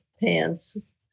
pants